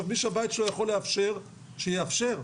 מי שהבית שלו יכול לאפשר, שיאפשר.